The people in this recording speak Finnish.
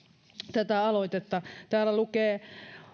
tätä aloitetta täällä lukee